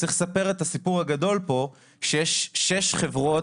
צריך לספר את הסיפור הגדול פה שיש שש חברות